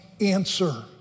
answer